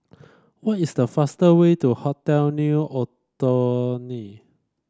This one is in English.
what is the fastest way to Hotel New Otoni